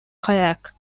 kayak